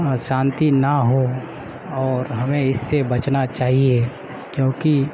اشانتی نہ ہو اور ہمیں اس سے بچنا چاہیے کیونکہ